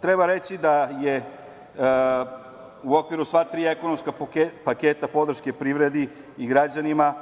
Treba reći da je u okviru sva tri ekonomska paketa podrške privredi i građanima,